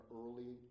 early